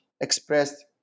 expressed